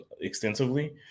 extensively